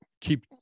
keep